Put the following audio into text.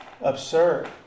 absurd